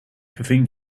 verving